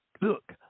look